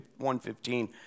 115